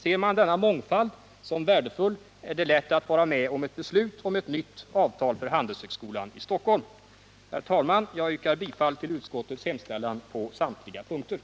Ser man denna mångfald som värdefull är det lätt att vara med om ett beslut om ett nytt avtal för Handelshögskolan i Stockholm. Herr talman! Jag yrkar bifall till utskottets hemställan på samtliga punkter.